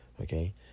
okay